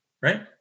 right